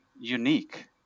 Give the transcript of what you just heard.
unique